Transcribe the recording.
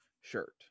shirt